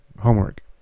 homework